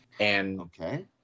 Okay